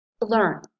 learn